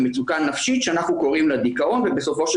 במצוקה נפשית שאנחנו קוראים לה 'דיכאון' ובסופו של